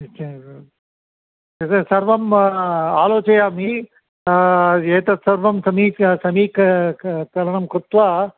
निश्चयेन एतत् सर्वम् आलोचयामि एतत् सर्वं समीक् समीक् क करणं कृत्वा